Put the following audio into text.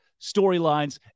storylines